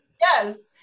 Yes